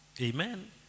Amen